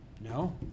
No